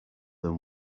than